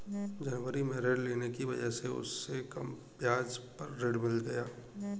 जनवरी में ऋण लेने की वजह से उसे कम ब्याज पर ऋण मिल गया